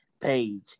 page